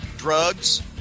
Drugs